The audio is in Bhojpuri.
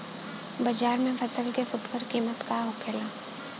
बाजार में फसल के फुटकर कीमत का होखेला?